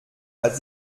hat